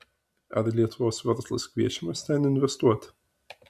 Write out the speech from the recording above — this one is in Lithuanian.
ar lietuvos verslas kviečiamas ten investuoti